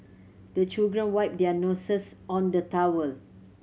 the children wipe their noses on the towel